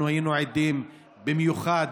אנחנו היינו עדים, במיוחד